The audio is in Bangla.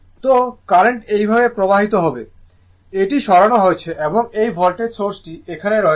সুতরাং কারেন্ট এইভাবে প্রবাহিত হবে এটি সরানো হয়েছে এবং এই ভোল্টেজ সোর্স টি এখানে রয়েছে